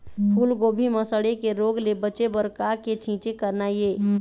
फूलगोभी म सड़े के रोग ले बचे बर का के छींचे करना ये?